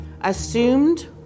assumed